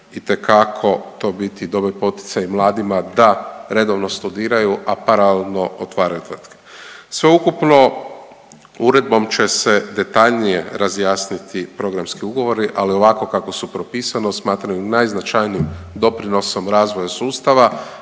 itekako to biti dobar poticaj mladima da redovno studiraju, a paralelno otvaraju tvrtke. Sveukupno uredbom će se detaljnije razjasniti programski ugovori, ali ovako kako su propisano, smatram i najznačajnijim doprinosom razvoja sustava